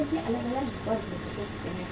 लोगों के अलग अलग वर्ग हो सकते हैं